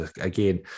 Again